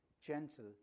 gentle